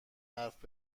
حرف